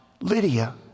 Lydia